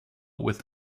with